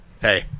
hey